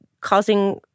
causing